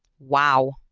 wow!